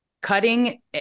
cutting